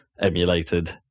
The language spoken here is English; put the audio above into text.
emulated